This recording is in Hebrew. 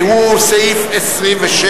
שהוא סעיף 26,